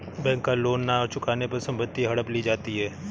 bank का loan न चुकाने पर संपत्ति हड़प ली जाती है